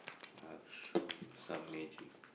I'll show you some magic